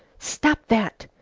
stop that!